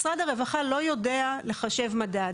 משרד הרווחה לא יודע לחשב ממד.